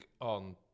on